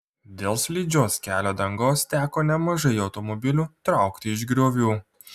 dėl slidžios kelio dangos teko nemažai automobilių traukti iš griovių